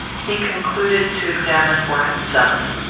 he concluded to examine for himself.